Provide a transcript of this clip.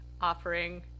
offering